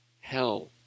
hell